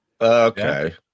Okay